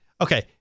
okay